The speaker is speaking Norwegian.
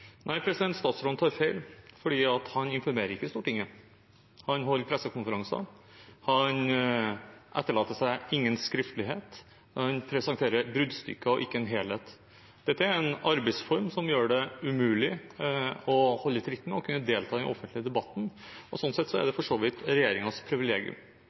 Statsråden tar feil. Han informerer ikke Stortinget. Han holder pressekonferanser, han etterlater seg ingen skriftlighet, han presenterer bruddstykker og ikke en helhet. Dette er en arbeidsform som gjør det umulig å holde tritt og kunne delta i den offentlige debatten. Det er for så vidt regjeringens privilegium. Jeg registrerer at statsråden ikke ønsker å si at dette er